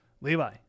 Levi